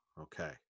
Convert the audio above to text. Okay